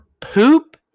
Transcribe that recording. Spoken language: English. poop